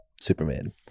Superman